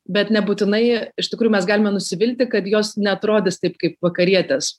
bet nebūtinai iš tikrųjų mes galime nusivilti kad jos neatrodys taip kaip vakarietės